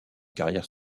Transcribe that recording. carrière